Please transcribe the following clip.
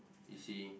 you see